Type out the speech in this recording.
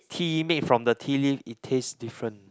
tea made from the tea leaf it taste different